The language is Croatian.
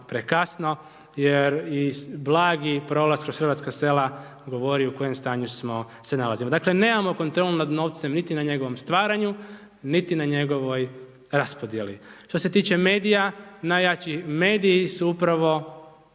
prekasno jer i blagi prolaz kroz hrvatska sela, govori u kojem stanju se nalazimo. Dakle, nemamo kontrolu nad novcem, niti na njegovom stvaranju, niti na njegovoj raspodjeli. Što se tiče medija, najjači mediji su upravo